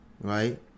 right